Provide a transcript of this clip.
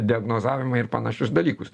diagnozavimą ir panašius dalykus